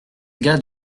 gars